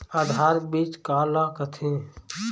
आधार बीज का ला कथें?